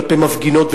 כלפי מפגינות,